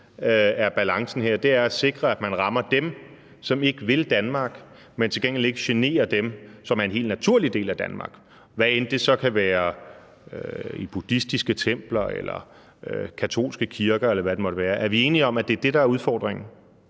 er balancen her, er at sikre, at man rammer dem, som ikke vil Danmark, men til gengæld ikke generer dem, som er en helt naturlig del af Danmark, hvad enten det så kan være i buddhistiske templer eller katolske kirker, eller hvad det måtte være. Er vi enige om, at det er det, der er udfordringen?